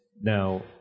Now